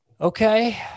Okay